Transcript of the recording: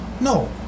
No